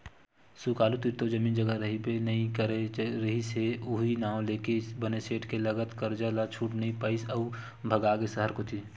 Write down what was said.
सुकालू तीर तो जमीन जघा रहिबे नइ करे रिहिस हे उहीं नांव लेके बने सेठ के लगत करजा ल छूट नइ पाइस अउ भगागे सहर कोती